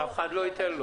אף אחד לא ייתן לו.